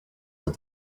that